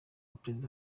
perezida